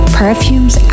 perfumes